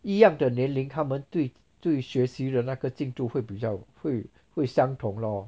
一样的年龄他们对对学习的那个进度会比较会会相同 lor